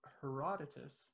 Herodotus